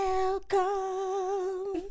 Welcome